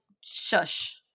Shush